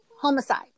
homicide